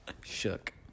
shook